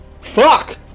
Fuck